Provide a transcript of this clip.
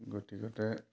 গতিকতে